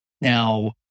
Now